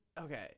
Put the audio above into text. okay